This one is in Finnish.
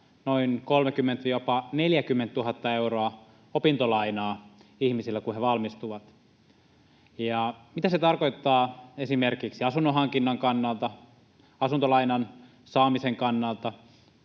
jopa 40 000 euroa opintolainaa ihmisillä, kun he valmistuvat. Mitä se tarkoittaa esimerkiksi asunnon hankinnan kannalta, asuntolainan saamisen kannalta,